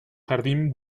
jardín